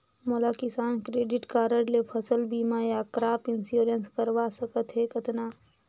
मोला Kisan credit card ले फसल बीमा या क्रॉप इंश्योरेंस करवा सकथ हे कतना?